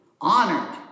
honored